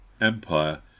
Empire